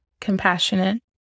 compassionate